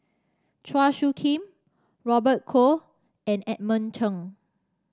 Chua Soo Khim Robert Goh and Edmund Cheng